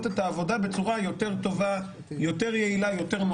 את העבודה בצורה טובה יותר ויעילה יותר.